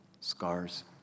scars